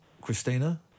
Christina